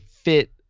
fit